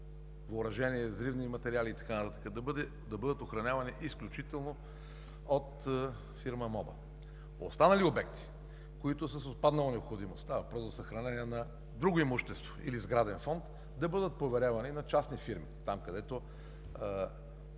въоръжение, взривни материали и така нататък, да бъдат охранявани изключително от фирма МОБА. Останалите обекти, които са с отпаднала необходимост, става въпрос за съхранение на друго имущество или сграден фонд, да бъдат поверявани на частни фирми, където